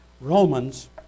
Romans